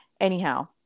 anyhow